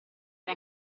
era